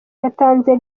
yatanze